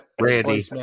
Randy